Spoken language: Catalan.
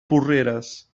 porreres